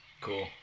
Cool